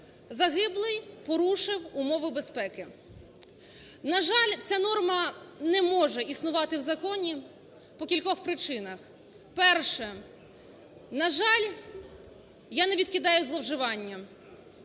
загиблий порушив умови безпеки. На жаль, ця норма не може існувати в законі по кількох причинах. Перше. На жаль, я не відкидаю зловживання,